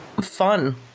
fun